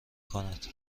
کند